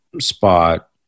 spot